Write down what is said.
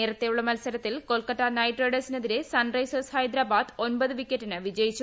നേരത്തെയുള്ള മത്സരത്തിൽ കൊൽക്കത്ത നൈറ്റ് റൈഡേഴ്സിനെതിരെ സൺറൈസേഴ്സ് ഹൈദരാബാദ് ഒൻപത് വിക്കറ്റിന് വിജയിച്ചു